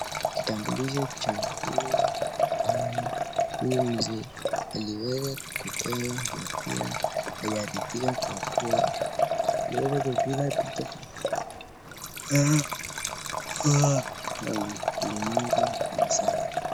Kitambulisho cha huyu mzee aliweza kupewa na pia hajaridhika kwa kuwa aliweza kuipiga picha na kauli nyingi mezani.